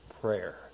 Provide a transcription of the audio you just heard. Prayer